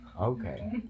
Okay